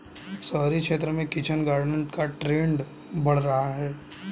शहरी क्षेत्र में किचन गार्डन का ट्रेंड बढ़ रहा है